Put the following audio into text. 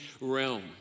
realm